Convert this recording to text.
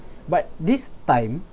but this time